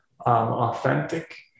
authentic